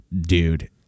dude